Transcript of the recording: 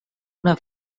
una